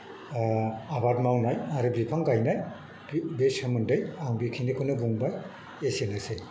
आबाद मावनाय आरो बिफां गायनाय बे सोमोन्दै आं बेखिनिखौनो बुंबाय एसेनोसै